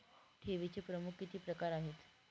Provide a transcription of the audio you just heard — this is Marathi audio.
ठेवीचे प्रमुख किती प्रकार आहेत?